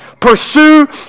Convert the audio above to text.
Pursue